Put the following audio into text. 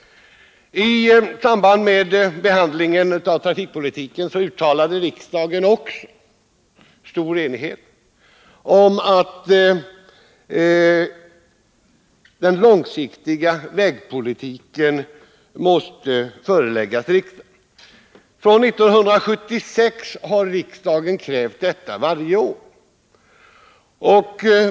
I samband med behandlingen av trafikpolitiken uttalade riksdagen också i stor enighet att förslag angående den långsiktiga vägpolitiken måste föreläggas riksdagen. Sedan 1976 har riksdagen krävt detta varje år.